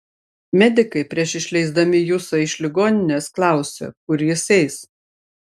medikai prieš išleisdami jusą iš ligoninės klausė kur jis eis